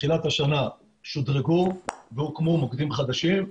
בתחילת השנה שודרגו והוקמו מוקדים חדשים,